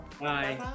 Bye